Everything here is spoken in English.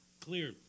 clear